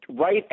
right